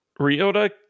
Ryota